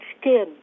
skin